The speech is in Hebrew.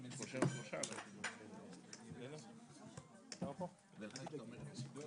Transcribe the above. ונבקש לקבל ממשרד הבריאות דיווח מפורט